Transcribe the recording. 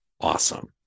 Awesome